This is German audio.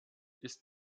ist